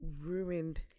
ruined